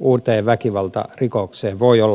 uuteen väkivaltarikokseen voi olla kovin matala